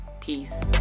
Peace